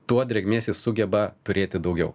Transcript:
tuo drėgmės jis sugeba turėti daugiau